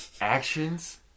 Actions